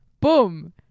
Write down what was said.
boom